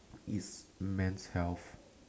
its men's health